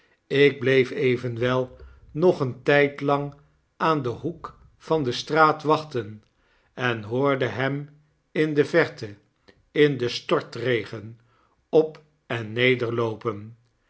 ik bleef even wel nog een tplang aan den hoek van de straat wachten en hoorde hem in de verte in den stortregen op en